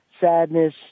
sadness